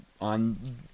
on